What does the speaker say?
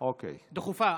דחופה,